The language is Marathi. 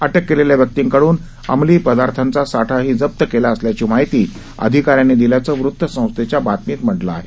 अटक केलेल्या व्यक्तींकडून अंमली पदार्थांचा साठाही जप्त केला असल्याची माहिती अधिकाऱ्यांनी दिल्याचं वृतसंस्थेच्या बातमीत म्हटलं आहे